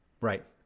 Right